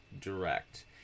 direct